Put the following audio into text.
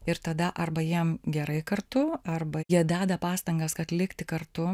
ir tada arba jiem gerai kartu arba jie deda pastangas kad likti kartu